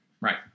Right